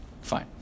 Fine